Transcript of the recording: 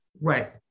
Right